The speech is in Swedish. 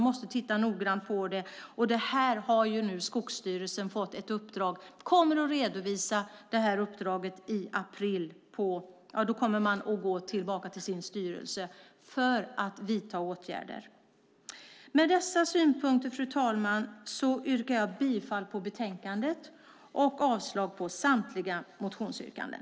Detta uppdrag som Skogsstyrelsen fått kommer att redovisas i april. Då kommer man att gå tillbaka till sin styrelse för att vidta åtgärder. Med dessa synpunkter, fru talman, yrkar jag bifall till utskottets förslag till beslut och avslag på samtliga motionsyrkanden.